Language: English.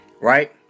Right